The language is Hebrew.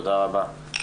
תודה רבה.